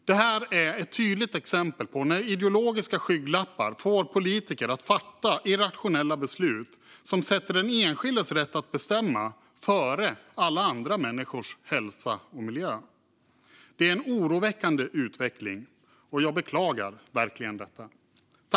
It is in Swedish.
Detta är ett tydligt exempel på när ideologiska skygglappar får politiker att fatta irrationella beslut som sätter den enskildes rätt att bestämma före alla andra människors hälsa och miljö. Det är en oroväckande utveckling, och jag beklagar verkligen detta.